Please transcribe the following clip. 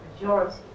majority